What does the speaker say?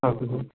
okay sir